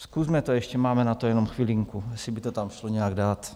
Zkusme to ještě, máme na to jenom chvilinku, zkusme to tam nějak dát.